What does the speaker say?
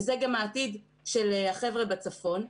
וזה גם העתיד של החבר'ה בצפון.